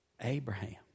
Abraham